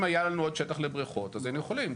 אם היה לנו עוד שטח לבריכות אז היינו יכולים.